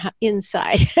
inside